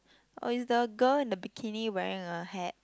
oh is the girl in the bikini wearing a hat